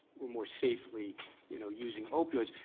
we're more safely you know using opioids.